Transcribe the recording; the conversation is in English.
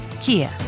Kia